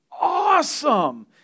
Awesome